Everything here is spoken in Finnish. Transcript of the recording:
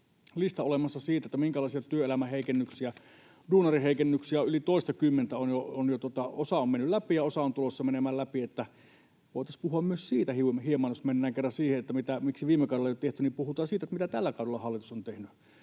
lista olemassa siitä, minkälaisia työelämäheikennyksiä, duunariheikennyksiä on jo yli toistakymmentä — osa on mennyt läpi ja osa on tulossa menemään läpi — niin että voitaisiin puhua myös siitä hieman, jos mennään kerran siihen, että miksi viime kaudella ei tehty. Puhutaan siitä, mitä tällä kaudella hallitus on tehnyt.